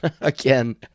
again